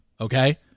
okay